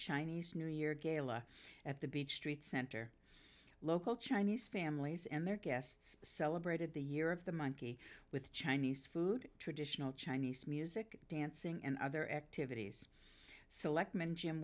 chinese new year gala at the beach street center local chinese families and their guests celebrated the year of the monkey with chinese food traditional chinese music dancing and other activities selectman gym